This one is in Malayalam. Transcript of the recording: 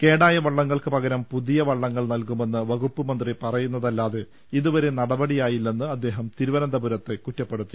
കേടായ വള്ളങ്ങൾക്ക് പകരം പുതിയ വള്ള ങ്ങൾ നൽകുമെന്ന് വകുപ്പ് മന്ത്രി പറയുന്നതല്ലാതെ ഇതുവരെ നടപടി യായില്ലെന്ന് അദ്ദേഹം തിരുവനന്തപുരത്ത് കുറ്റപ്പെടുത്തി